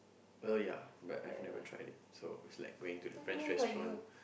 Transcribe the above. uh yea but I've never tried it so it's like going to the French restaurant